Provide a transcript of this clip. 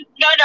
no